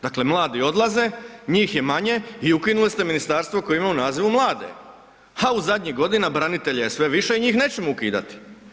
Dakle, mladi odlaze, njih je manje i ukinuli ste ministarstvo koje ima u nazivu mlade, a u zadnjih godina branitelja je sve više, njih nećemo ukidati.